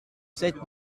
sept